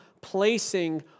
placing